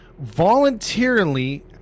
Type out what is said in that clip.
voluntarily